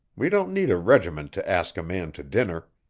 we don't need a regiment to ask a man to dinner.